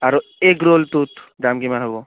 আৰু এগ ৰ'লটোত দাম কিমান হ'ব